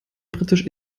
britisch